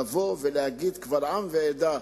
לבוא ולהגיד קבל עם ועדה,